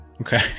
Okay